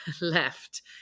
left